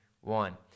one